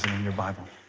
your bible